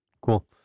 Cool